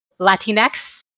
Latinx